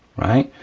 right?